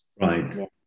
Right